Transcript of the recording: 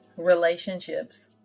relationships